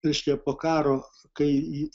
reiškia po karo kai į